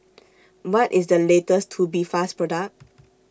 What IS The latest Tubifast Product